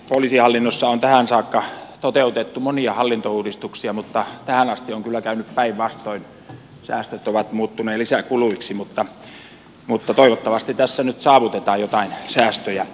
poliisihallinnossa on tähän saakka toteutettu monia hallintouudistuksia mutta tähän asti on kyllä käynyt päinvastoin säästöt ovat muuttuneet lisäkuluiksi mutta toivottavasti tässä nyt saavutetaan joitain säästöjä